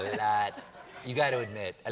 a lot. you've got to admit. ah